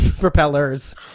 propellers